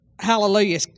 Hallelujah